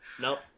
Nope